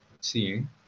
seeing